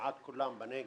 וכמעט כולם בנגב,